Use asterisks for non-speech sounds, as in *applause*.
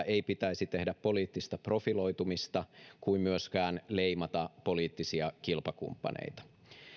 *unintelligible* ei pitäisi tehdä poliittista profiloitumista kuin myöskään leimata poliittisia kilpakumppaneita